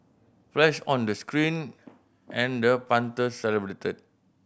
flash on the screen and the punter celebrated